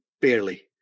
barely